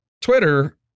Twitter